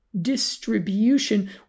distribution